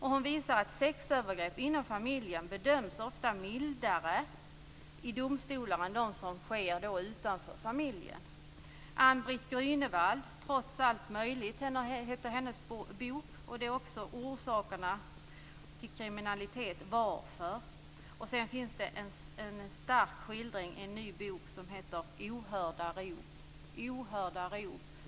Hon visar att sexövergrepp inom familjen ofta bedöms mildare i domstol än de som sker utanför familjen. Ann-Britt Grünewald har skrivit Trots allt möjligt och Orsakerna till kriminalitet: Varför? Vidare finns en oerhört stark skildring i en ny bok som heter Ohörda rop.